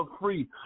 free